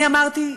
אני אמרתי,